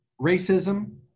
racism